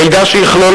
מידע שיכלול,